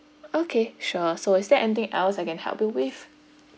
okay sure so is there anything else I can help you with